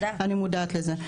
אני מודעת לזה.